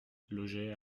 logeait